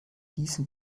diesem